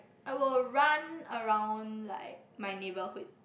I will run around like my neighbourhood